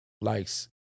likes